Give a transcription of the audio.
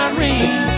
ring